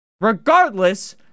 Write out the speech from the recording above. Regardless